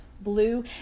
blue